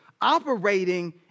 operating